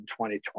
2020